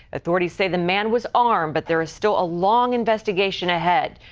authorities say the man was armed, but there is still a long investigation ahead.